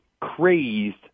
crazed